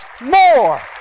more